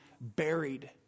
buried